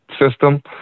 system